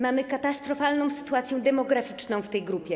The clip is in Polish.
Mamy katastrofalną sytuację demograficzną w tej grupie.